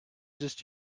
just